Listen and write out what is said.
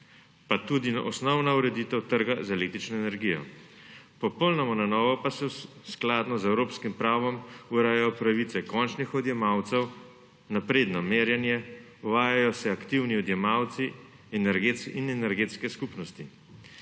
pa tudi osnovna uredite trga z električno energijo. Popolnoma na novo pa se skladno z evropskim pravom urejajo pravice končnih odjemalcev, napredno merjenje, uvajajo se aktivni odjemalci in energetske skupnosti.